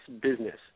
business